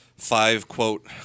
Five-quote